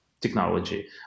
technology